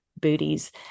booties